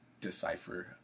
decipher